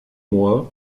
mois